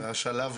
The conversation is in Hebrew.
חברי הכנסת,